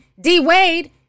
D-Wade